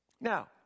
Now